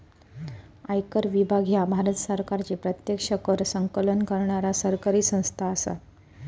आयकर विभाग ह्या भारत सरकारची प्रत्यक्ष कर संकलन करणारा सरकारी संस्था असा